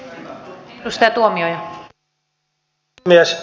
arvoisa puhemies